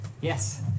Yes